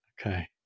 Okay